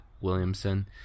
williamson